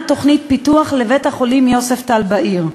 תוכנית פיתוח לבית-החולים יוספטל בעיר,